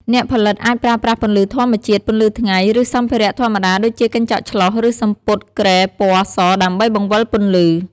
អ្នកផលិតអាចប្រើប្រាស់ពន្លឺធម្មជាតិ ពន្លឺថ្ងៃ ឬសម្ភារៈធម្មតាដូចជាកញ្ចក់ឆ្លុះឬសំពត់គ្រែពណ៌សដើម្បីបង្វិលពន្លឺ។